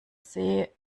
sehe